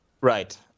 right